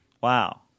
Wow